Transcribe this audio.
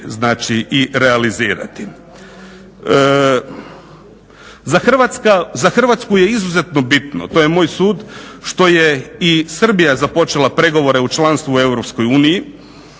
započeti i realizirati. Za Hrvatsku je izuzetno bitno, to je moj sud, što je i Srbija započela pregovore u članstvu u